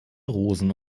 rosen